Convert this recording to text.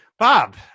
Bob